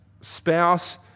spouse